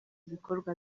ibikorwa